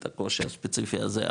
את הקושי הספציפי הזה,